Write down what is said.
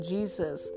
Jesus